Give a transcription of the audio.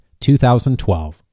2012